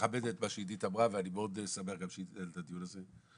מכבד את מה שעידית אמרה ואני מאוד שמח גם שמתנהל הדיון הזה,